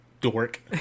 dork